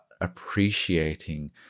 appreciating